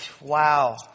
wow